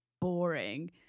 boring